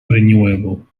renewable